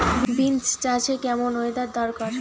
Beans চাষে কেমন weather দরকার?